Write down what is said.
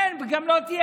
אין יכולת, וגם לא תהיה.